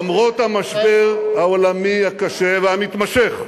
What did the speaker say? למרות המשבר העולמי הקשה והמתמשך,